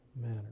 manner